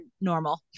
normal